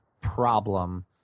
problem